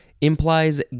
implies